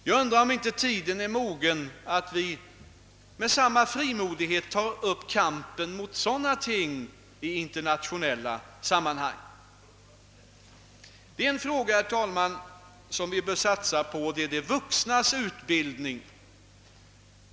Jag undrar om inte tiden är mogen för oss att med samma frimodighet ta upp kampen mot sådana ting i internationella sammanhang. Det är ytterligare en fråga, herr talman, som vi bör satsa på, nämligen de vuxnas utbildning.